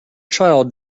child